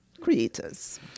creators